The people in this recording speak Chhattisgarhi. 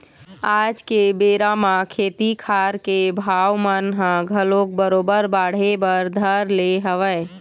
आज के बेरा म खेती खार के भाव मन ह घलोक बरोबर बाढ़े बर धर ले हवय